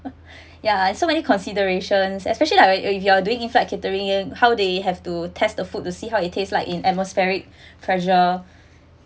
ya I so many considerations especially like if you are doing in flight catering and how they have to test the food to see how it tastes like in atmospheric pressure